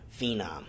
Phenom